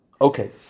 okay